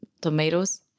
tomatoes